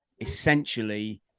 essentially